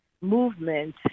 movement